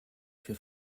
für